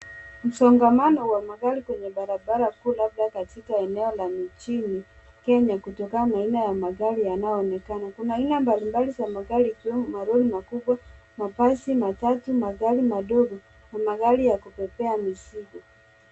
Msongamano wa magari kwenye barabara kuu labda katika eneo la mjini Kenya kutokana na aina ya magari yanaonekana. Kuna aina mbalimbali za magari ikiwemo malori makubwa, mabasi, matatu, magari madogo na magari ya kupepea mizigo.